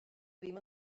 ddim